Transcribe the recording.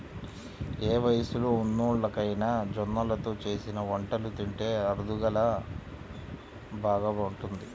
ఏ వయస్సులో ఉన్నోల్లకైనా జొన్నలతో చేసిన వంటలు తింటే అరుగుదల బాగా ఉంటది